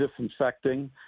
disinfecting